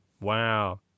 Wow